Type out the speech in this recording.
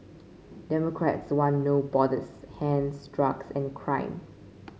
democrats want No Borders hence drugs and crime